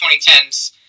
2010s